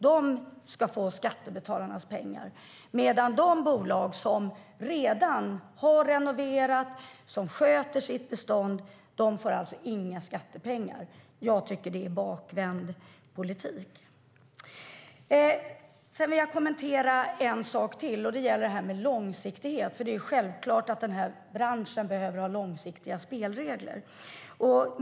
De ska få skattebetalarnas pengar, medan de bolag som redan har renoverat, som sköter sitt bestånd, inte får några skattepengar. Jag tycker att det är bakvänd politik. Sedan vill jag kommentera en sak till, och det gäller långsiktigheten. Det är ju självklart att den här branschen behöver ha långsiktiga spelregler.